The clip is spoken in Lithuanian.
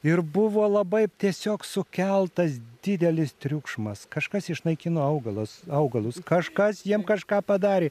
ir buvo labai tiesiog sukeltas didelis triukšmas kažkas išnaikino augalus augalus kažkas jiems kažką padarė